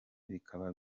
bikaba